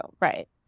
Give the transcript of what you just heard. Right